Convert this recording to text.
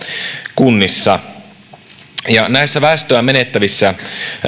kunnissa näissä väestöä menettävissä